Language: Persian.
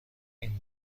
این